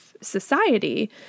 society